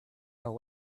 going